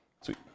Sweet